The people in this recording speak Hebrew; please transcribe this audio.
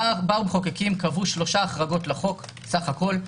המחוקקים קבעו שלוש החרגות לחוק בסך הכול.